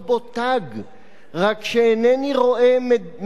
רק שאינני רואה ממשלה ציונית